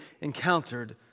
encountered